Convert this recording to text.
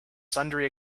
sundry